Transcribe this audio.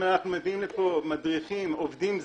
אנחנו מביאים לפה מדריכים, עובדים זרים,